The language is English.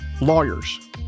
lawyers